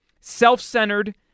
self-centered